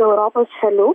europos šalių